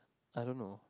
I don't know